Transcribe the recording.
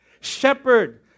Shepherd